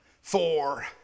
four